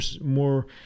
more